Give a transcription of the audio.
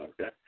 Okay